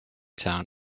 town